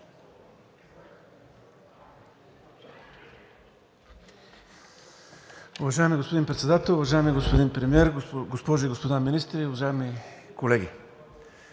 Уважаеми господин Председател, уважаеми господин Премиер, госпожи и господа министри, колеги